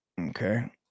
Okay